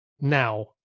now